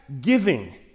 Giving